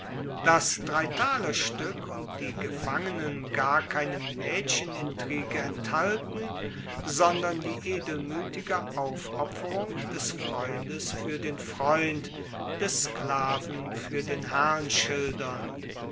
das dreitalerstueck und die gefangenen gar keine maedchenintrige enthalten sondern die edelmuetige aufopferung des freundes fuer den freund des sklaven fuer den herrn